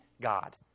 God